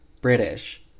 British